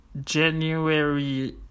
January